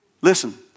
Listen